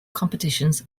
competitions